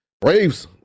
Braves